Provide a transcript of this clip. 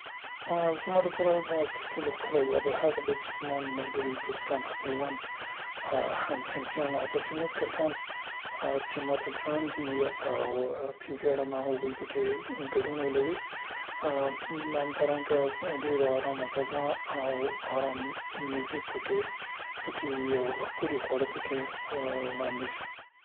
زما دپاره تر ټولو ښکلی واده هغه ده څې زما ملګري، دوستان، خپلوان، ا همصنفیان او داسې نور کسان ا څې ماته ګران دي او ا پې ویاړمه، هغوی په کې ګډون ولري ا همدارنګه ډيره ارامه فضا او ارام موزیک په کې په کې وي او ښکلي خواړه په کې وړاندې سي.